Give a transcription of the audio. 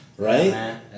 Right